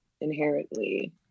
inherently